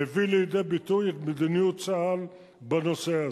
מביא לידי ביטוי את מדיניות צה"ל בנושא הזה.